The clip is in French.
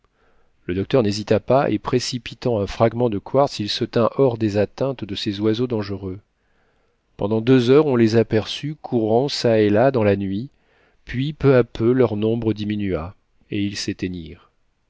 le docteur n'hésita pas et précipitant un fragment de quartz il se tint hors des atteintes de ces oiseaux dangereux pendant deux heures on les aperçut courant çà et là dans la nuit puis peu à peu leur nombre diminua et ils